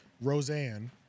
Roseanne